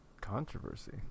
Controversy